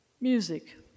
Music